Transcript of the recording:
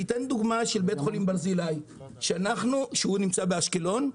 אתן לדוגמה את בית חולים ברזילי שנמצא באשקלון,